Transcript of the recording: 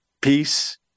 peace